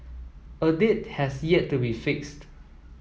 a date has yet to be fixed